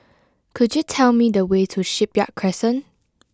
could you tell me the way to Shipyard Crescent